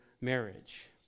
marriage